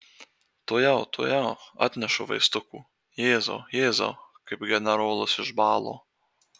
tuojau tuojau atnešu vaistukų jėzau jėzau kaip generolas išbalo